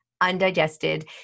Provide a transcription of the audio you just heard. undigested